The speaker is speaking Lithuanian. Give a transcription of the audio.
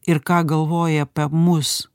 ir ką galvoja apie mus